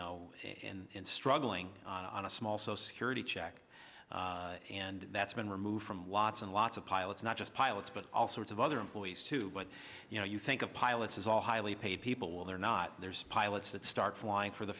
be struggling on a small social security check and that's been removed from lots and lots of pilots not just pilots but all sorts of other employees too but you know you think of pilots as all highly paid people well they're not pilots that start flying for the